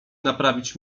naprawić